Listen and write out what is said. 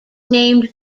named